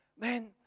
man